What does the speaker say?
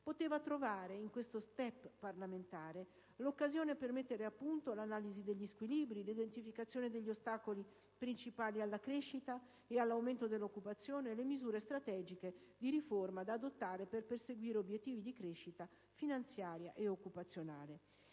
poteva trovare in questo *step* parlamentare l'occasione per mettere a punto l'analisi degli squilibri, l'identificazione degli ostacoli principali alla crescita e all'aumento della occupazione e le misure strategiche di riforma da adottare per perseguire obiettivi di crescita finanziaria e occupazionale.